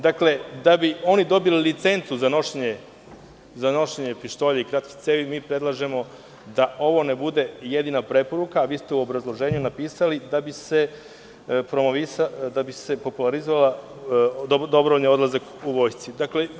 Dakle, da bi dobili licencu za nošenje pištolja i kratkih cevi, mi predlažemo da ovo ne bude jedina preporuka, a vi ste u obrazloženju napisali da bi se popularizovao dobrovoljni odlazak u vojsku.